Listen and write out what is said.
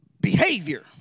Behavior